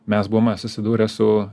mes buvome susidūrę su